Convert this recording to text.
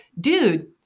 dude